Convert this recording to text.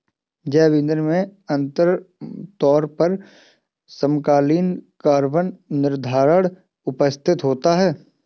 जैव ईंधन में आमतौर पर समकालीन कार्बन निर्धारण उपस्थित होता है